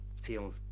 feels